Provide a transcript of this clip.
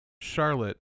Charlotte